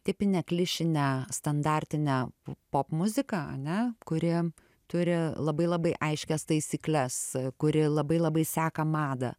tipinę klišinę standartinę popmuziką ane kuri turi labai labai aiškias taisykles kuri labai labai seka madą